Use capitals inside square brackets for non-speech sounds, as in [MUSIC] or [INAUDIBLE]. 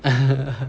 [LAUGHS]